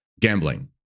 gambling